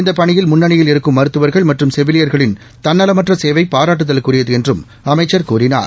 இந்த பணியில் முன்னணியில் இருக்கும் மருததுவர்கள் மற்றும் செவிலியர்களின் தன்னவமற்ற சேவை பாராட்டுதலுக்குரியது என்றும் அமைச்சர் கூறினார்